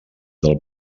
del